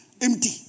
empty